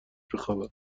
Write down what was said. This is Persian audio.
بخوابم